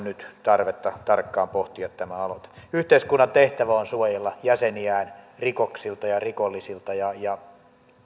nyt tarvetta tarkkaan pohtia tämä aloite yhteiskunnan tehtävä on suojella jäseniään rikoksilta ja rikollisilta ja ja vielä